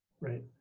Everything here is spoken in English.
right